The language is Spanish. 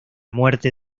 muerte